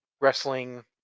wrestling